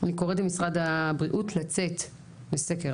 אני קוראת למשרד הבריאות לצאת לסקר,